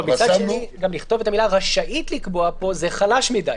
מצד שני גם לכתוב את המילה "רשאית לקבוע" פה זה חלש מדי.